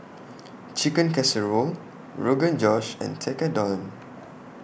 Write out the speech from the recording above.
Chicken Casserole Rogan Josh and Tekkadon